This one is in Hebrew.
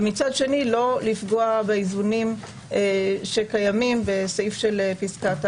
ומצד שני לא לפגוע באיזונים שקיימים בסעיף של פסקת ההגבלה.